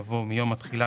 יבוא "מיום התחילה,